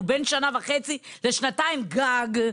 הוא בין שנה וחצי לשנתיים גג.